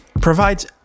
provides